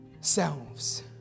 selves